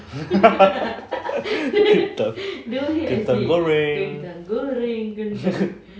kentang kentang goreng